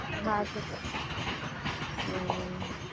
हमरा सबके